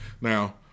Now